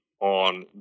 on